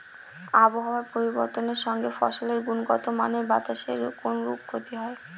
আবহাওয়ার পরিবর্তনের সঙ্গে ফসলের গুণগতমানের বাতাসের কোনরূপ ক্ষতি হয়?